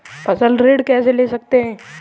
फसल ऋण कैसे ले सकते हैं?